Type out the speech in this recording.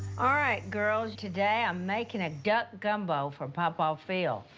ah right, girls. today, i'm making a duck gumbo for papaw phil.